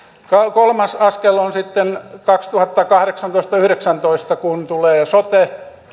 kolmas askel on sitten kaksituhattakahdeksantoista viiva kaksituhattayhdeksäntoista kun tulee sote